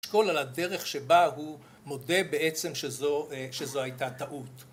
כל על הדרך שבה הוא מודה בעצם שזו, אה זו הייתה טעות.